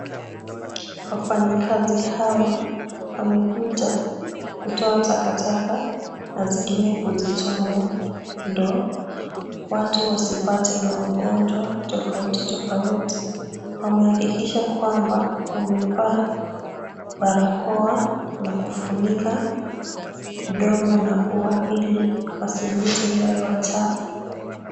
Wafanyikazi hawa wamekuja kutoa takataka na zingine kuzichoma ndio watu wasipate magonjwa tofautitofauti. Wamehakikisha kwamba wamevaa barakoa na kufunika mdomo na pua ili wasivute hio hewa chafu.